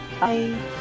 Bye